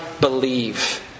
believe